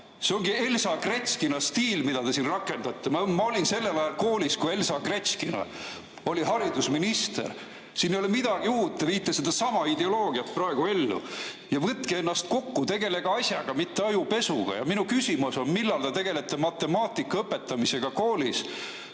See ongi Elsa Gretškina stiil, mida te siin rakendate. Ma olin sellel ajal koolis, kui Elsa Gretškina oli haridusminister. Siin ei ole midagi uut, te viite sedasama ideoloogiat praegu ellu. Võtke ennast kokku ja tegelege asjaga, mitte ajupesuga. Minu küsimus on: millal te tegelete matemaatika õpetamisega koolis